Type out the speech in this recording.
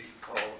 called